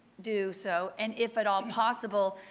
do so and if at all possible,